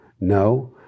No